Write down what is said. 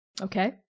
Okay